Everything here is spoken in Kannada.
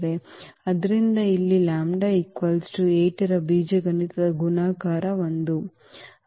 ಆದ್ದರಿಂದ ಇಲ್ಲಿ ಈ λ 8 ರ ಬೀಜಗಣಿತದ ಗುಣಾಕಾರ 1